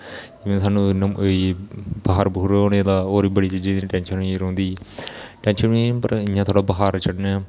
जियां सानू होई गेई बखार बखोर होने दा और बी बड़ी चीजें दी टैंशन जेही रौंहदी टैंशन मतलब इयां थोह्ड़ा बखार चढ़ने